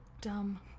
dumb